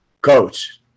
coach